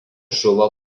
žuvo